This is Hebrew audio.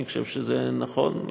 אני חושב שזה נכון.